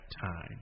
time